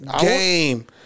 Game